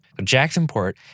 Jacksonport